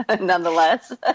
nonetheless